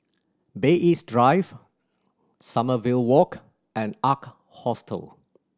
Bay East Drive Sommerville Walk and Ark Hostel